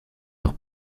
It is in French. leur